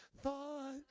thought